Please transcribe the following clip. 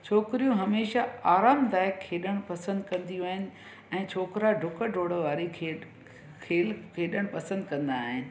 छोकिरियूं हमेशा आराम दायक खेॾणु पसंदि कंदियूं आहिनि ऐं छोकिरा डुक डोड़ वारी खेॾ खेल खेॾण पसंदि कंदा आहिनि